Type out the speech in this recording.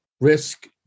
risk